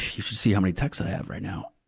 you should see how many texts i have right now.